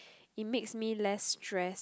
it makes me less stress